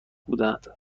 بودند